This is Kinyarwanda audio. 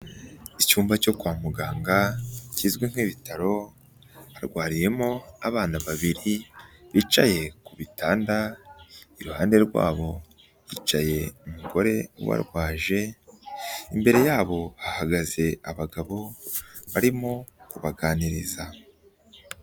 Icyumba cyo kwa muganga kizwi nk'ibitaro, harwariyemo abana babiri bicaye ku bitanda, iruhande rwabo hicaye umugore ubarwaje, imbere yabo ahagaze abagabo barimo kubaganiriza.